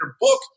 book